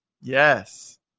yes